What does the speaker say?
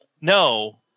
no